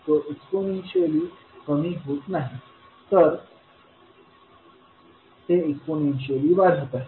तो एक्सपोनेन्शियली कमी होत नाही तर ते एक्सपोनेन्शियली वाढत आहे